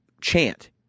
chant